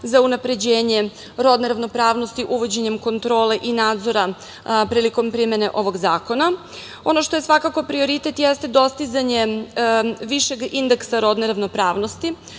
za unapređenje rodne ravnopravnosti uvođenjem kontrole i nadzora prilikom primene ovog zakona. Ono što je svakako prioritet, jeste dostizanje višeg indeksa rodne ravnopravnosti